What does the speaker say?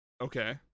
okay